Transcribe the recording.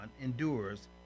endures